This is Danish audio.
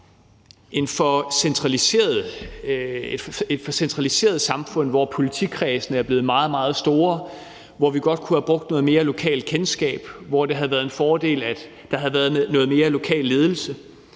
et for centraliseret samfund, hvor politikredsene er blevet meget, meget store, hvor vi godt kunne have brugt noget mere lokalt kendskab, hvor det havde været en fordel, at der havde været noget mere lokal ledelse,